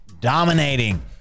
dominating